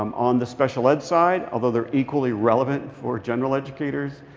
um on the special ed side, although they're equally relevant for general educators,